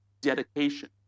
dedication